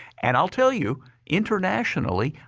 and i will tell you internationally,